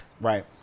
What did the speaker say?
Right